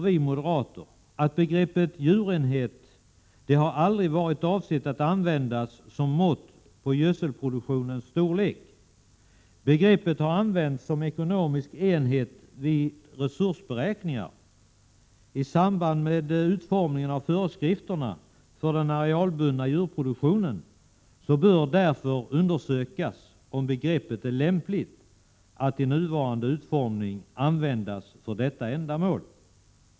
Vi moderater anför att begreppet djurenhet aldrig varit avsett att användas som mått på gödselproduktionens storlek. Begreppet har använts som ekonomisk enhet vid resursberäkningar. I samband med utformningen av föreskrifterna för den arealbundna djurproduktionen bör det därför undersökas om begreppet är lämpligt att i sin nuvarande utformning användas för detta ändamål.